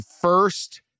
first